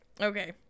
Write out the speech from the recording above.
Okay